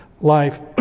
life